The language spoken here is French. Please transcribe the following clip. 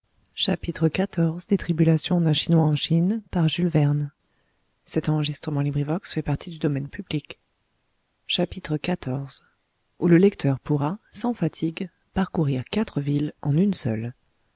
centenaire xiv où le lecteur pourra sans fatigue parcourir quatre villes en une seule